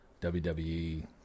WWE